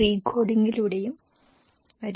റീകോഡിംഗിലൂടെയും വരുന്നു